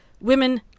women